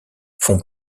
font